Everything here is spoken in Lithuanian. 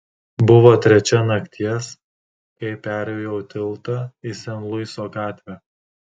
buvo trečia nakties kai perjojau tiltą į sen luiso gatvę